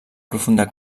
profunda